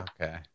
okay